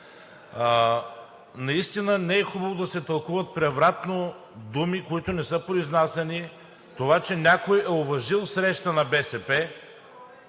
Наистина не е хубаво да се тълкуват превратно думи, които не са произнасяни. Това че някой е уважил среща на БСП